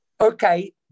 Okay